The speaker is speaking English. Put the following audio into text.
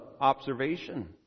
observation